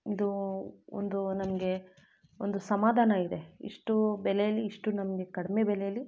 ಇದೂ ಒಂದು ನನಗೆ ಒಂದು ಸಮಾಧಾನ ಇದೆ ಇಷ್ಟು ಬೆಲೆಯಲ್ಲಿ ಇಷ್ಟು ನಮಗೆ ಕಡಿಮೆ ಬೆಲೆಯಲ್ಲಿ